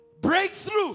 Breakthrough